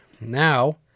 Now